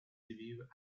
debut